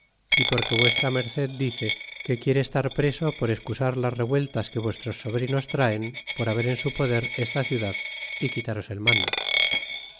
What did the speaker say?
y porque v m dice que quiere estar preso por excusar las revueltas que vuestros sobrinos traen por haber en su poder esta ciudad é quitaros el mando y